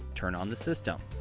turn on the system.